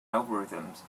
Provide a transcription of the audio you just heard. algorithms